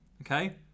okay